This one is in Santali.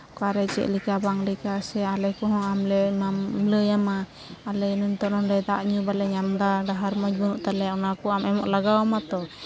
ᱚᱠᱟᱨᱮ ᱪᱮᱫ ᱞᱮᱠᱟ ᱵᱟᱝ ᱞᱮᱠᱟ ᱥᱮ ᱟᱞᱮ ᱠᱚ ᱦᱚᱸ ᱟᱢ ᱞᱮ ᱞᱟᱹᱭ ᱟᱢᱟ ᱟᱞᱮ ᱱᱤᱛᱚᱜ ᱫᱟᱜ ᱵᱟᱞᱮ ᱧᱟᱢᱫᱟ ᱰᱟᱦᱟᱨ ᱢᱚᱡ ᱵᱟᱹᱱᱩᱜ ᱛᱟᱞᱮᱭᱟ ᱚᱱᱟ ᱠᱚ ᱟᱢ ᱮᱢᱚᱜ ᱞᱟᱜᱟᱣ ᱟᱢᱟ ᱛᱚ